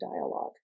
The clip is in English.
dialogue